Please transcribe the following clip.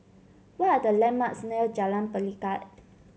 what are the landmarks near Jalan Pelikat